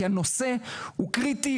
כי הנושא הוא קריטי,